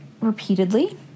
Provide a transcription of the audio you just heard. repeatedly